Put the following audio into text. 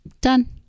Done